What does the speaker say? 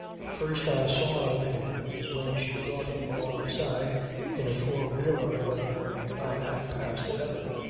the first i saw of him was when she brought him alongside in a four-wheeler one morning about half-past eleven.